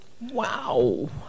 Wow